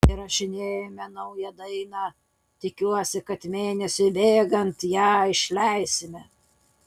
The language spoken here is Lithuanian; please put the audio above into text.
įrašinėjame naują dainą tikiuosi kad mėnesiui bėgant ją išleisime